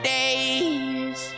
days